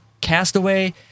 Castaway